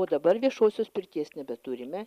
o dabar viešosios pirties nebeturime